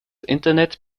internet